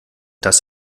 das